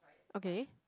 okay